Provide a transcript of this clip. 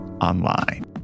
online